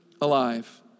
Alive